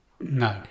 no